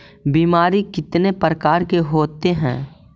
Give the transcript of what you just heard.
बीमारी कितने प्रकार के होते हैं?